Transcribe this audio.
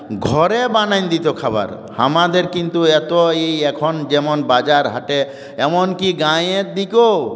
ঘরে বানিয়ে দিত খাবার আমাদের কিন্তু এত ইয়ে এখন যেমন বাজারহাটে এমনকি গাঁয়ের দিকেও